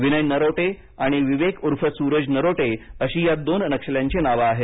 विनय नरोटे आणि विवेक उर्फ सूरज नरोटे अशी या दोन नक्षल्यांची नावं आहेत